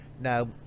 Now